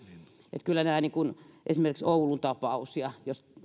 esimerkiksi kun oli tämä oulun tapaus ja tämä